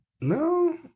No